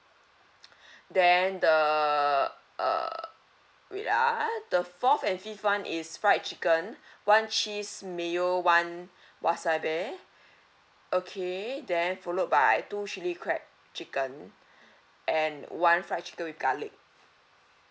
then the err wait ah the fourth and fifth [one] is fried chicken one cheese mayo one wasabi okay then followed by two chilli crab chicken and one fried chicken with garlic